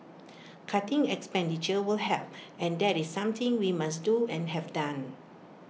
cutting expenditure will help and that is something we must do and have done